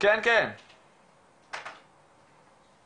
בפעם הראשונה את הניתוח של המצב היום.